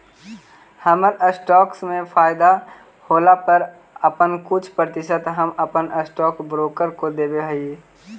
हमर स्टॉक्स में फयदा होला पर अपन कुछ प्रतिशत हम अपन स्टॉक ब्रोकर को देब हीअई